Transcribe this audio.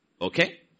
Okay